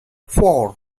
four